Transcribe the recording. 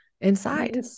inside